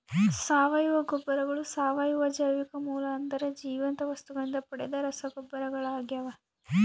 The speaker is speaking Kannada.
ಸಾವಯವ ಗೊಬ್ಬರಗಳು ಸಾವಯವ ಜೈವಿಕ ಮೂಲ ಅಂದರೆ ಜೀವಂತ ವಸ್ತುಗಳಿಂದ ಪಡೆದ ರಸಗೊಬ್ಬರಗಳಾಗ್ಯವ